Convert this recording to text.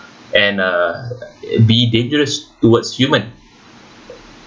and uh be dangerous towards human